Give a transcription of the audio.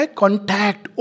contact